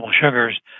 sugars